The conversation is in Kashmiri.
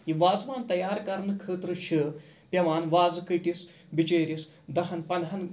یہِ وازوان تیار کرنہٕ خٲطرٕ چھِ پیٚوان وازٕ کٔٹِس بِچٲرِس دَہن پنٛدہن